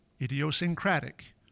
idiosyncratic